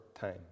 time